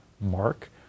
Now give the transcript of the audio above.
mark